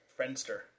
Friendster